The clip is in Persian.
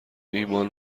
ایمان